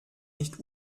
nicht